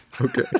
Okay